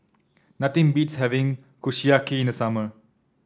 nothing beats having Kushiyaki in the summer